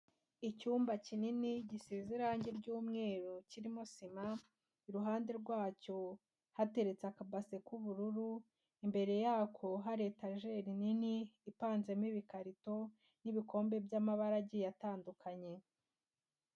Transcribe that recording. Icyumba kinini gisize irangi ry'umweru kirimo sima, iruhande rwacyo hateretse akabase k'ubururu, imbere yako hari etajeri nini, ipanzemo ibikarito n'ibikombe by'amabara agiye atandukanye.